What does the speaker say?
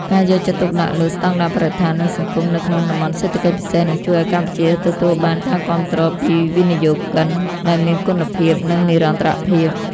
ការយកចិត្តទុកដាក់លើ "ស្ដង់ដារបរិស្ថាន និងសង្គម" នៅក្នុង តំបន់សេដ្ឋកិច្ចពិសេស នឹងជួយឱ្យកម្ពុជាទទួលបានការគាំទ្រពីវិនិយោគិនដែលមានគុណភាព និងនិរន្តរភាព។